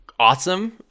awesome